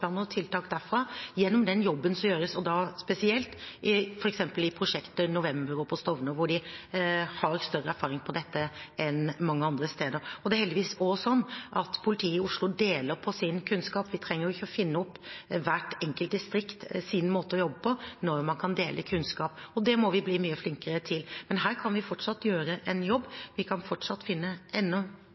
og tiltak derfra og gjennom den jobben som gjøres, og da spesielt f.eks. i prosjektet November på Stovner, hvor de har større erfaring med dette enn mange andre steder. Det er heldigvis også sånn at politiet i Oslo deler på sin kunnskap. Hvert enkelt distrikt trenger ikke å finne opp sin måte å jobbe på når man kan dele kunnskap, og det må vi bli mye flinkere til. Men her kan vi fortsatt gjøre en jobb; vi kan fortsatt finne